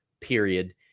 period